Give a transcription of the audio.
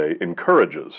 encourages